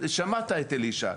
שמעת את אלישע.